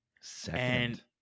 Second